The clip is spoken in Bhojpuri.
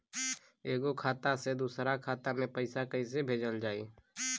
एगो खाता से दूसरा खाता मे पैसा कइसे भेजल जाई?